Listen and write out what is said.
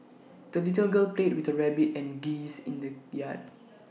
the little girl played with the rabbit and geese in the yard